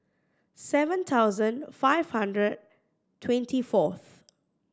seven thousand five hundred twenty fourth